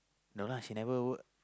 no lah she never work